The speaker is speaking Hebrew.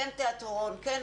כן תיאטרון,